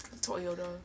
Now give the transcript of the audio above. Toyota